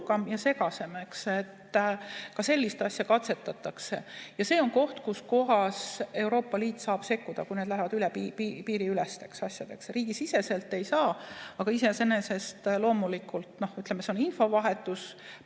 ja segasem. Ka sellist asja katsetatakse. See on koht, kus Euroopa Liit saab sekkuda, kui need lähevad piiriülesteks asjadeks. Riigisiseselt ei saa, aga iseenesest loomulikult, ütleme, see on infovahetus,